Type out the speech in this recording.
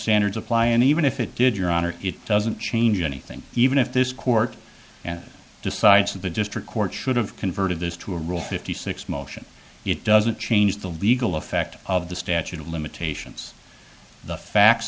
standards apply and even if it did your honor it doesn't change anything even if this court decides that the district court should have converted this to a rule fifty six motion it doesn't change the legal effect of the statute of limitations the facts